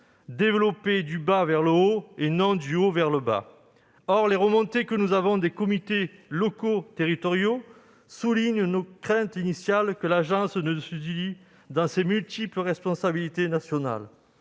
développer du bas vers le haut, et non du haut vers le bas ». Or les remontées que nous avons des comités locaux de cohésion territoriale confirment nos craintes initiales que l'agence ne se dilue dans ses multiples responsabilités nationales.